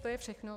To je všechno.